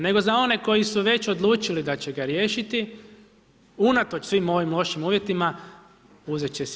Nego za one koji su već odlučili da će ga riješiti unatoč svim ovim lošim uvjetima uzeti će si.